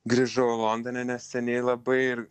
grįžau londone neseniai labai ir